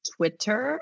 Twitter